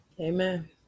Amen